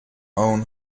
own